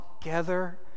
together